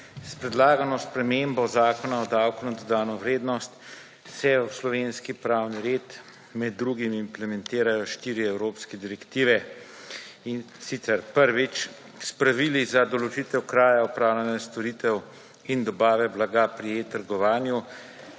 S predlagano spremembo Zakona o davku na dodano vrednost se v slovenski pravni red med drugim implementirajo štiri evropske direktive, in sicer, prvič; s pravili za določitev kraja opravljanja storitev in dobave blaga pri e-trgovanju